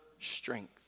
strength